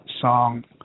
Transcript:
song